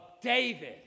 David